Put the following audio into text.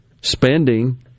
spending